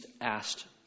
asked